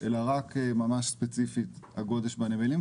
אלא רק ממש ספציפית הגודש בנמלים,